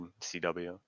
CW